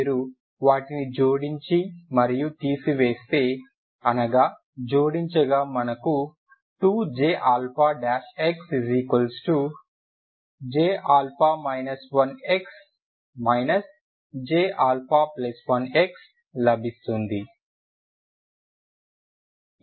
మీరు వాటిని జోడించి మరియు తీసివేస్తే అనగా జోడించగా మనకు 2JxJα 1x Jα1x లభిస్తుంది